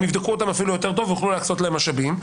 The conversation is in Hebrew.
הם יבדקו אותם אפילו יותר טוב ויוכלו להקצות להם משאבים.